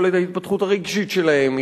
יכולת ההתפתחות הרגשית שלהם,